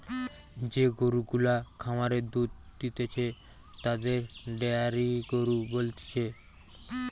যে গরু গুলা খামারে দুধ দিতেছে তাদের ডেয়ারি গরু বলতিছে